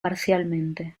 parcialmente